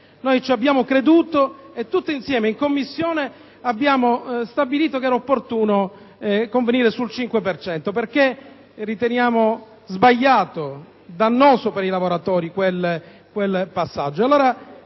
noi ci abbiamo creduto, e tutti insieme in Commissione abbiamo stabilito che era opportuno convenire sul 5 per cento perché riteniamo sbagliata e dannosa per i lavoratori quella